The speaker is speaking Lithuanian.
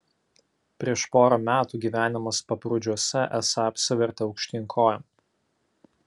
prieš porą metų gyvenimas paprūdžiuose esą apsivertė aukštyn kojom